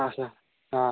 हा सर हां हां